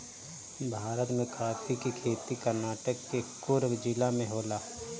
भारत में काफी के खेती कर्नाटक के कुर्ग जिला में होला